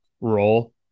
role